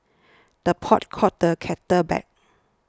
the pot calls the kettle black